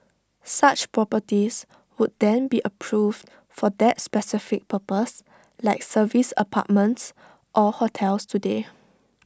such properties would then be approved for that specific purpose like service apartments or hotels today